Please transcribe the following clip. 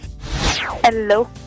Hello